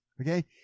okay